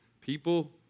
people